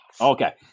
Okay